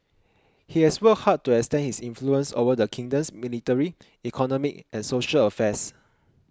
he has worked hard to extend his influence over the kingdom's military economic and social affairs